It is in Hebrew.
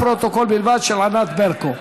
לפרוטוקול בלבד, של ענת ברקו,